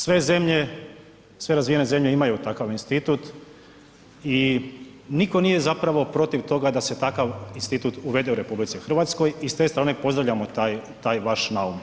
Sve razvijene zemlje imaju takav institut i nitko nije zapravo protiv toga da se takav institut uvede u RH i s te strane pozdravljamo taj, taj vaš naum.